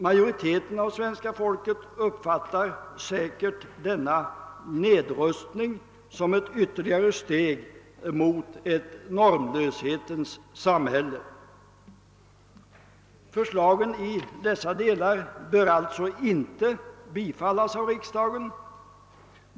Majoriteten av svenska folket uppfattar säkerligen denna nedrustning som ett ytterligare steg mot ett normlöshetens samhälle. Förslagen i dessa delar bör alltså inte bifallas av riksdagen.